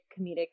comedic